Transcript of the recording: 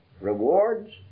Rewards